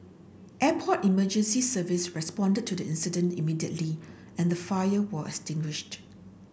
Airport Emergency Service responded to the incident immediately and the fire was extinguished